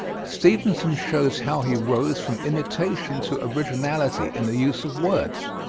stevenson shows how he rose from imitation to originality in the use of words.